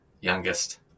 youngest